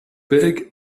big